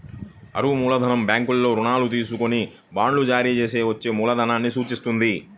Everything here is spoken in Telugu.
అరువు మూలధనం బ్యాంకుల్లో రుణాలు తీసుకొని బాండ్ల జారీ ద్వారా వచ్చే మూలధనాన్ని సూచిత్తది